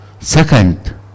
second